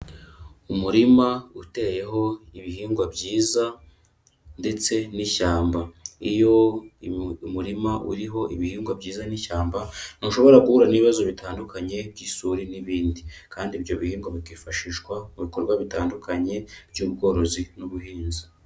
Umurima uteyeho ibihingwa byiza ndetse n'ishyamba, iyo umurima uriho ibihingwa byiza n'ishyamba ntushobora guhura n'ibibazo bitandukanye by'isuri n'ibindi, kandi ibyo bihingwa bikifashishwa mu bikorwa bitandukanye by'ubworozi n'ubuhinzi.